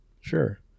Sure